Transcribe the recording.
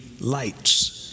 lights